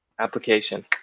application